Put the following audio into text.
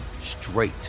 straight